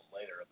later